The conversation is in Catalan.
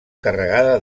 carregada